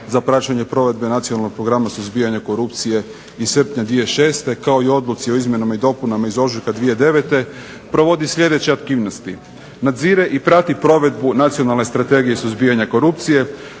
za praćenje provedbe Nacionalnog programa suzbijanja korupcije iz srpnja 2006., kao i Odluci o izmjenama i dopunama iz ožujka 2009. provodi sljedeće aktivnosti: Nadzire i prati provedbu Nacionalne strategije suzbijanja korupcije,